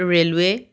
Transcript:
railway